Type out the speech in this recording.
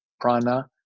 prana